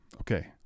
Okay